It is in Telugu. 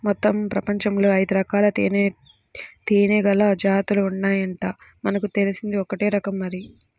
మొత్తం పెపంచంలో ఐదురకాల తేనీగల జాతులు ఉన్నాయంట, మనకు తెలిసింది ఒక్కటే రకం మరి